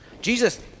Jesus